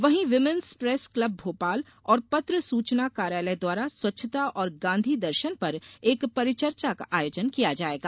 वहीं women's press club Bhopal और पत्रे सूचना कार्यालय द्वारा स्वच्छता और गांधी दर्शन पर एक परिचर्चा का आयोजन किया जायेगा